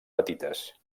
petites